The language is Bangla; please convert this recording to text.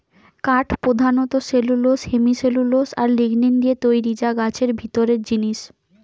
কাঠ পোধানত সেলুলোস, হেমিসেলুলোস আর লিগনিন দিয়ে তৈরি যা গাছের ভিতরের জিনিস